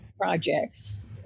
projects